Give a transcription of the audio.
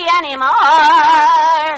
anymore